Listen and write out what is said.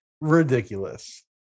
ridiculous